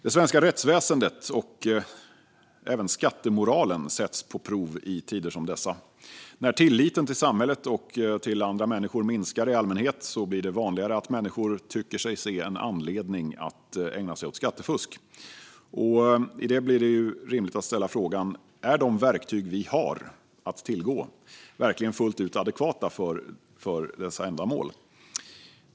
Det svenska rättsväsendet och även skattemoralen sätts på prov i tider som dessa. När tilliten till samhället och till andra människor minskar i allmänhet blir det vanligare att människor tycker sig se en anledning att ägna sig åt skattefusk. I det sammanhanget blir det rimligt att ställa frågan: Är de verktyg vi har att tillgå verkligen fullt ut adekvata för sina ändamål?